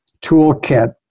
toolkit